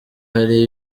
hari